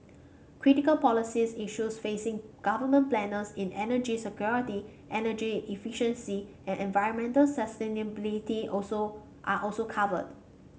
critical policies issues facing government planners in energy security energy efficiency and environmental sustainability also are also covered